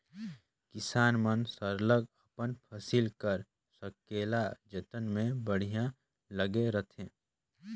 किसान मन सरलग अपन फसिल कर संकेला जतन में बड़िहा लगे रहथें